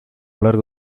largo